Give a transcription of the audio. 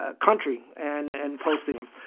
ah country and and posting them.